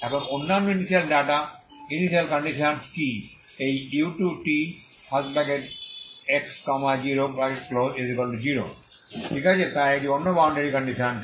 এখন অন্যান্য initial data initial conditions কি এই u2tx00 ঠিক আছে তাই এটি অন্য বাউন্ডারি কন্ডিশনস